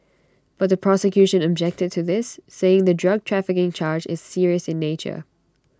but the prosecution objected to this saying the drug trafficking charge is serious in nature